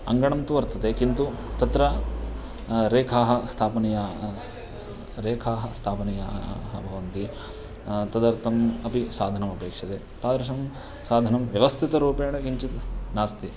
अङ्गणं तु वर्तते किन्तु तत्र रेखाः स्थापनीयाः रेखाः स्थापनीयाः भवन्ति तदर्थम् अपि साधनमपेक्षते तादृशं साधनं व्यवस्थितरूपेण किञ्चित् नास्ति